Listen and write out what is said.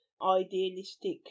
idealistic